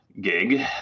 gig